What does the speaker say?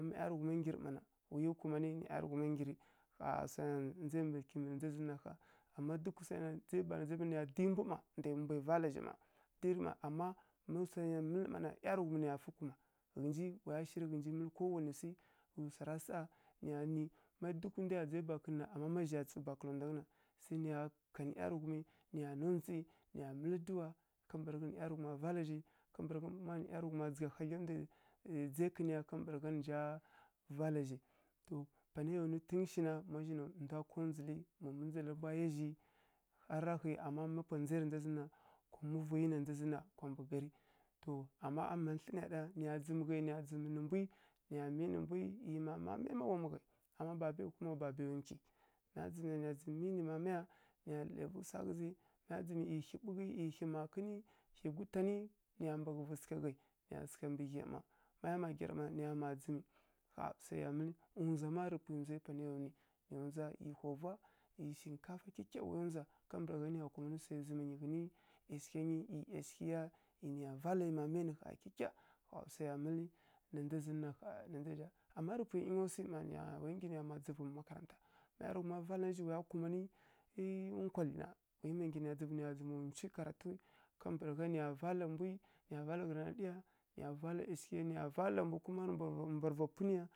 Manǝ ˈyarɡhuma ngirǝ mana wayi kumanǝ kha wsa ndza ya kimbǝ na ndza zǝ na kha ama duk ɓa kha di mbwu ma mbwai vala zhi ma mawsaiyarǝ mǝlǝ ma na ˈyarǝghumna ghǝnji naiya fǝ kuma ghǝzǝn wsa ra saa niya ni ma duk ndwa riya dzai ba kǝnna sai niya kannǝ ˈyarughumi niya ndzaundzi niya mǝl aduwa kambǝragha nǝ ˈyarughuma vala zhi nja dzǝgha hagla ndwa tsu ya kǝni ka mbǝragha nǝnja vala zhi to panai ya wni tun shina chewa ndwa kondzwulǝ yi kwa muvi rimbwa yazhi kuma har rakhi kwa muvi yi na ndza zǝnn na kwambǝ gari to amma a mbamn tlǝ niya ɗa niya dzimghai niya dzim nǝ mbwi niya minǝ mbwi ˈyi mama mi nǝ gha mwughai anǝ babaya kuma wa babaya nkwi maya dzim niya dzim minǝ mamaya niya dlǝvi wsa ghǝzi maya dzim ˈyi khi ɓwughi ˈyi khi makǝni niya mbaghǝvǝ sǝgha ghai mniyas tsu mbǝ ghi maya sǝghǝ na niya ma tsu ghi zhima kha wsai ya mǝli kuma waya wza ˈyi shinkafa whovugha kyikya waya wza kambǝragha niya kumani wsa zǝm ya ˈyashǝgha nyi ˈyi ˈyashǝghǝya ˈyi niya vala ˈyi mamaya nǝ kyikya kha wsai ya mǝli na ndzazi nna kha amma rǝpwi ningya wsi yi mana waya nghi niya tsumbǝ makaranta mi wa ˈyarǝghuma valanǝ zhi waya kumani to waya ma ngi niya tsu ma niya nwchu karatu kambǝragha niya vala mbwu na niya vala ghǝniya niya vala ˈyashǝghǝya niya vala mbu kuma mbwa rǝ vapwunya.